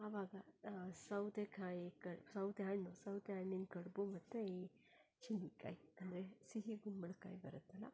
ಅವಾಗ ಸೌತೆಕಾಯಿ ಕಡ್ ಸೌತೆ ಹಣ್ಣು ಸೌತೆ ಹಣ್ಣಿನ ಕಡುಬು ಮತ್ತು ಈ ಚೀನಿಕಾಯಿ ಅಂದರೆ ಸಿಹಿಗುಂಬಳಕಾಯಿ ಬರುತ್ತಲ